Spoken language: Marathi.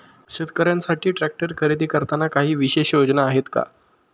शेतकऱ्यांसाठी ट्रॅक्टर खरेदी करताना काही विशेष योजना आहेत का?